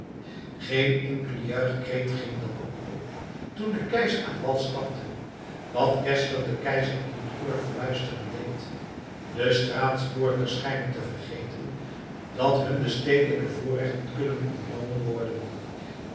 geen enkele juichkreet ging dan ook op toen de keizer aan wal stapte wat geszler den keizer in het oor fluisteren deed de straatsburgers schijnen te vergeten dat hun de stedelijke voorrechten kunnen ontnomen worden